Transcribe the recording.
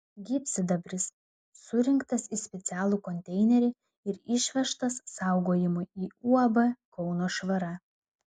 gyvsidabris surinktas į specialų konteinerį ir išvežtas saugojimui į uab kauno švara